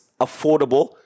affordable